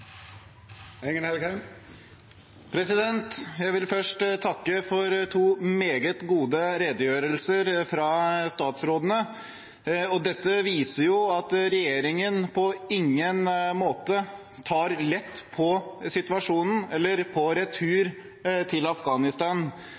Jeg vil først takke for to meget gode redegjørelser fra statsrådene. Dette viser at regjeringen på ingen måte tar lett på situasjonen eller på retur